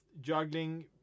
juggling